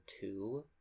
two